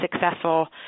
successful